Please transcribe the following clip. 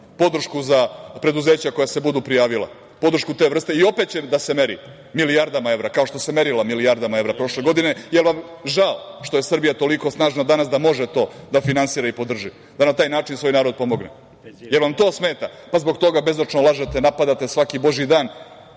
podršku za preduzeća koja se budu prijavila, podršku te vrste i opet će da se meri milijardama evra, kao što se meri milijardama evra prošle godine. Jel vam žao što je Srbija toliko snažna danas da može to da finansira i podrži, da na taj način svoj narod pomogne? Jel vam to smeta, pa zbog toga bezočno lažete, napadate svaki božiji dan?